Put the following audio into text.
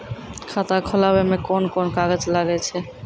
खाता खोलावै मे कोन कोन कागज लागै छै?